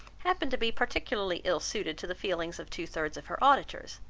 happened to be particularly ill-suited to the feelings of two thirds of her auditors,